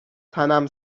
تنم